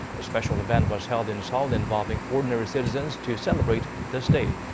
a special event was held in seoul involving ordinary citizens, to celebrate this day.